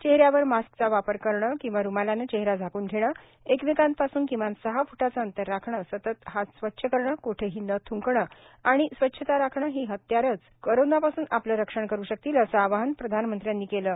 चेहऱ्यावर मास्कचा वापर करणे किंवा रुमालाने चेहरा झाकून घेणे एकमेकांपासून किमान सहा फुटाचे अंतर राखणे सतत हात स्वच्छ करणे कोठेही न थूंकणे आणि आणि स्वच्छता राखणे ही हत्यारेच कोरोनापासून आपले रक्षण करू शकतील असे आवाहन प्रधानमंत्र्यांनी केले आहे